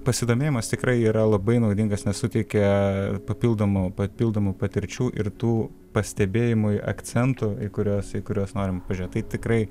pasidomėjimas tikrai yra labai naudingas nes suteikia papildomų papildomų patirčių ir tų pastebėjimui akcentų kuriuos į kuriuos norim pažiūrėt tai tikrai